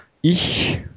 Ich